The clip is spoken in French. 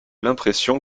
l’impression